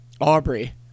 Aubrey